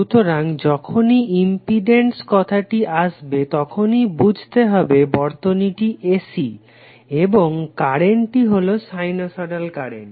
সুতরাং যখনই ইম্পিডেন্স কথাটি আসবে তখনই বুঝেতে হবে বর্তনীটি AC এবং কারেন্টটি হলো সাইনোসইডাল কারেন্ট